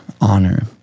honor